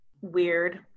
weird